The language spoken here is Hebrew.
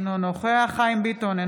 אינו נוכח חיים ביטון,